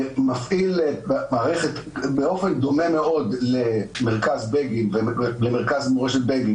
מפעיל מערכת באופן דומה מאוד למרכז מורשת בגין